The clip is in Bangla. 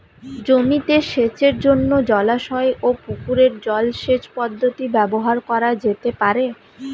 জমিতে সেচের জন্য জলাশয় ও পুকুরের জল সেচ পদ্ধতি ব্যবহার করা যেতে পারে?